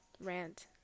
rant